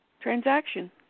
transaction